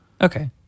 Okay